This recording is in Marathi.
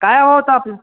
काय हवं होतं आपल्